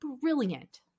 brilliant